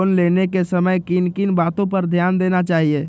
Loan लेने के समय किन किन वातो पर ध्यान देना चाहिए?